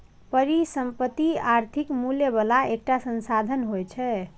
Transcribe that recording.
परिसंपत्ति आर्थिक मूल्य बला एकटा संसाधन होइ छै